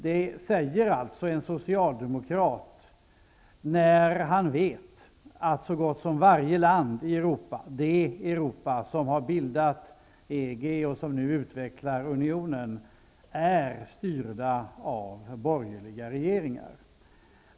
Så säger en socialdemokrat när han vet att så gott som varje land som har varit med att bilda EG och som nu utvecklar unionen är styrda av borgerliga regeringar.